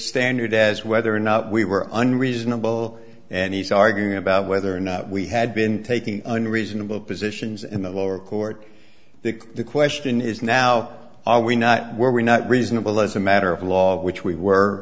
standard as whether or not we were unreadable and he's arguing about whether or not we had been taking on reasonable positions in the lower court that the question is now are we not we're not reasonable as a matter of law which we were